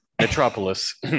metropolis